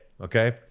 okay